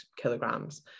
kilograms